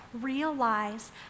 realize